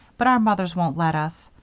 but our mothers won't let us.